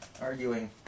arguing